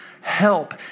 help